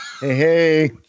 Hey